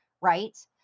right